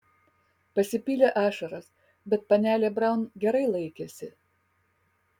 pasipylė ašaros bet panelė braun gerai laikėsi